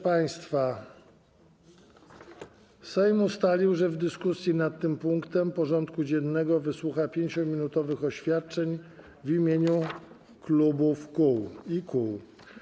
Proszę państwa, Sejm ustalił, że w dyskusji nad tym punktem porządku dziennego wysłucha 5-minutowych oświadczeń w mieniu klubów i kół.